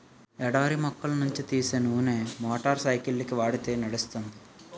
ఎడారి మొక్కల నుంచి తీసే నూనె మోటార్ సైకిల్కి వాడితే నడుస్తుంది